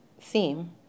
theme